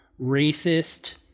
racist